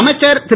அமைச்சர் திரு